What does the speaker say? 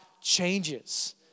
changes